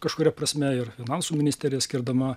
kažkuria prasme ir finansų ministerija skirdama